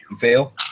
fail